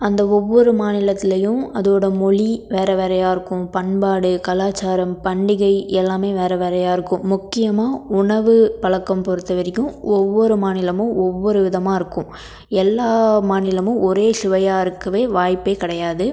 அந்த ஒவ்வொரு மாநிலத்துலேயும் அதோடய மொழி வேறு வேறுயா இருக்கும் பண்பாடு கலாச்சாரம் பண்டிகை எல்லாமே வேறு வேறுயா இருக்கும் முக்கியமாக உணவு பழக்கம் பொறுத்தவரைக்கும் ஒவ்வொரு மாநிலமும் ஒவ்வொரு விதமாக இருக்கும் எல்லா மாநிலமும் ஒரே சுவையாக இருக்கவே வாய்ப்பே கிடையாது